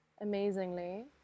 amazingly